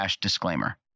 disclaimer